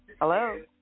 Hello